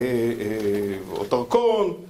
אה, אה, אותו קורן!